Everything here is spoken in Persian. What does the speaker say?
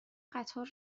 قطار